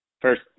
first